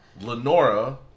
Lenora